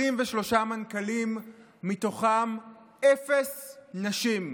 23 מנכ"לים, מתוכם אפס נשים,